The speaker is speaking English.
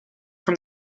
from